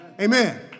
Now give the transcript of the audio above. Amen